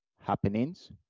happenings